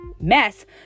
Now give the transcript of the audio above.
mess